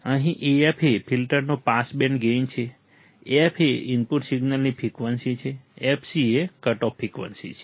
અહીં AF એ ફિલ્ટરનો પાસ બેન્ડ ગેઇન છે f એ ઇનપુટ સિગ્નલની ફ્રિકવન્સી છે fc એ કટઓફ ફ્રિકવન્સી છે